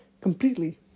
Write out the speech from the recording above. Completely